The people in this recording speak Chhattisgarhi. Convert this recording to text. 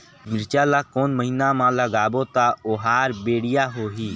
मिरचा ला कोन महीना मा लगाबो ता ओहार बेडिया होही?